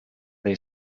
they